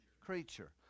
creature